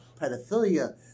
pedophilia